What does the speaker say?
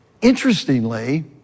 Interestingly